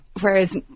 whereas